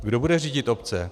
Kdo bude řídit obce?